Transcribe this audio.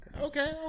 Okay